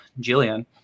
jillian